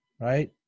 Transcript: Right